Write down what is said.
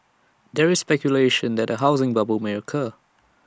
there is speculation that A housing bubble may occur